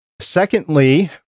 Secondly